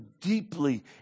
deeply